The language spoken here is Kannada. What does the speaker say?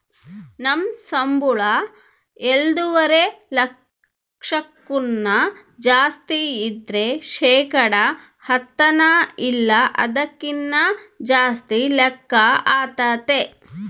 ನಮ್ ಸಂಬುಳ ಎಲ್ಡುವರೆ ಲಕ್ಷಕ್ಕುನ್ನ ಜಾಸ್ತಿ ಇದ್ರ ಶೇಕಡ ಹತ್ತನ ಇಲ್ಲ ಅದಕ್ಕಿನ್ನ ಜಾಸ್ತಿ ಲೆಕ್ಕ ಆತತೆ